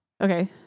Okay